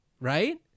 Right